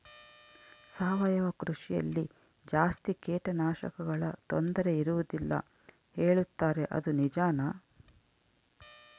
ಸಾವಯವ ಕೃಷಿಯಲ್ಲಿ ಜಾಸ್ತಿ ಕೇಟನಾಶಕಗಳ ತೊಂದರೆ ಇರುವದಿಲ್ಲ ಹೇಳುತ್ತಾರೆ ಅದು ನಿಜಾನಾ?